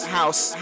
house